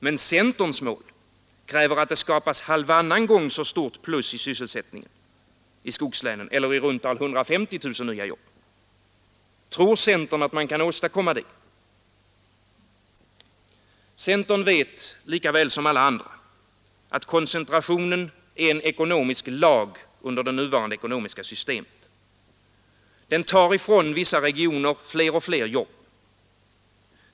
Men centerns mål kräver att det skapas halvannan gång så stort plus i sysselsättningen i skogslänen, eller i runt tal 150 000 nya jobb. Tror centern att man kan åstadkomma det? Centern vet lika väl som alla andra, att koncentrationen är en ekonomisk lag under det nuvarande ekonomiska systemet. Den tar ifrån vissa regioner fler och fler jobb.